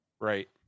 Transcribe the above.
right